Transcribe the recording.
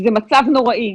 זה מצב נוראי.